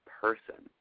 person